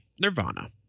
Nirvana